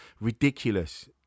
ridiculous